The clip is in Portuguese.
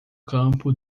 campo